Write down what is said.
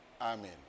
amen